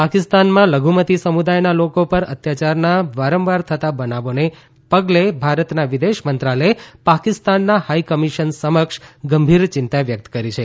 પાકિસ્તાનમાં લધુમતી સમુદાયના લોકો પર અત્યાચારના વારંવાર થતા બનાવોને પગલે ભારતના વિદેશ મંત્રાલયે પાકિસ્તાનના હાઈ કમિશન સમક્ષ ગંભીર ચિંતા વ્યક્ત કરી છે